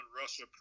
russia